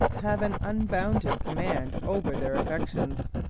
have an unbounded command over their affections.